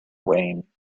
weighting